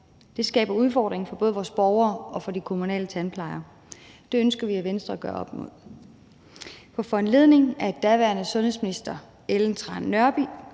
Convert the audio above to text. Det skaber udfordringer for både vores borgere og de kommunale tandplejere. Det ønsker vi i Venstre at gøre op med. På foranledning af daværende sundhedsminister fru Ellen Trane Nørby